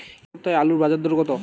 এ সপ্তাহে আলুর বাজার দর কত?